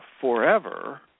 forever